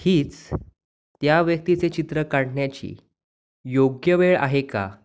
हीच त्या व्यक्तीचे चित्र काढण्याची योग्य वेळ आहे का